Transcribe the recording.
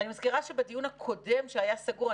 ואני מזכירה שבדיון הקודם שהיה סגור,